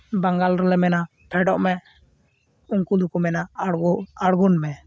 ᱵᱟᱝᱜᱟᱞ ᱨᱮᱞᱮ ᱢᱮᱱᱟ ᱯᱷᱮᱰᱚᱜ ᱢᱮ ᱩᱱᱠᱩ ᱫᱚᱠᱚ ᱢᱮᱱᱟ ᱟᱬᱜᱚ ᱟᱬᱜᱚᱱ ᱢᱮ